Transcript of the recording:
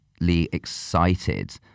excited